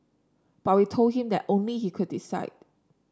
but we told him that only he could decide